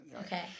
Okay